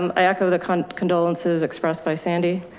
um i echo the con condolences expressed by sandy.